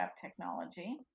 technology